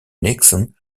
nixon